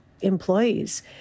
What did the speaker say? employees